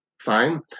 fine